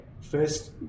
First